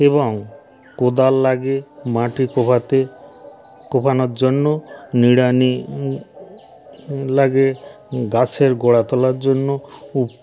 এবং কোদাল লাগে মাটি কোপাতে কোপানোর জন্য নিড়ানি লাগে গাছের গোড়া তোলার জন্য উ